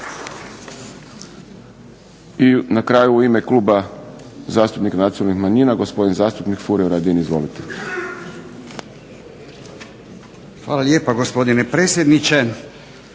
I na kraju u ime Kluba zastupnika Nacionalnih manjina gospodin zastupnik Furio Radin. Izvolite. **Radin, Furio (Nezavisni)**